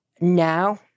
now